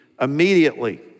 immediately